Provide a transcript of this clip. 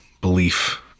belief